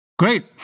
Great